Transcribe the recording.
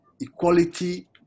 equality